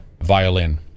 Violin